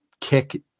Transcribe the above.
kick